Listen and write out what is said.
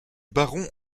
baron